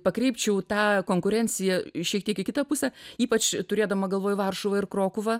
pakreipčiau tą konkurenciją šiek tiek į kitą pusę ypač turėdama galvoj varšuvą ir krokuvą